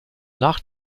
nach